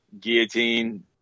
guillotine